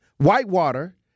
Whitewater